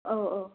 औ औ